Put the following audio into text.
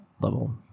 level